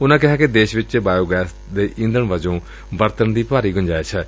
ਉਨੂਾ ਕਿਹਾ ਕਿ ਦੇਸ਼ ਵਿਚ ਬਾਇਓ ਗੈਸ ਦੇ ਈਂਧਣ ਵਜੋਂ ਵਰਤਣ ਦੀ ਭਾਰੀ ਗੁੰਜਾਇਸ਼ ਏ